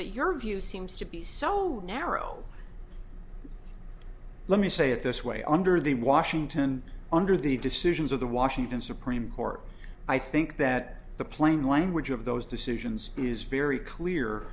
but your view seems to be so narrow let me say it this way under the washington under the decisions of the washington supreme court i think that the plain language of those decisions is very clear